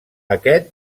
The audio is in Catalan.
aquest